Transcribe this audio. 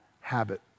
habit